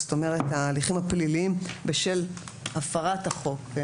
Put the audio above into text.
זאת אומרת ההליכים הפליליים בשל הפרת החוק,